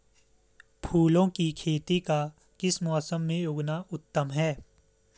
फूलों की खेती का किस मौसम में उगना उत्तम है?